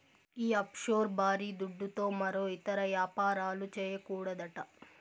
ఈ ఆఫ్షోర్ బారీ దుడ్డుతో మరో ఇతర యాపారాలు, చేయకూడదట